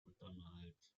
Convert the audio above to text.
untermalt